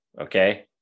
Okay